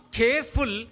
careful